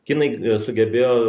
kinai sugebėjo